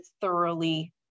thoroughly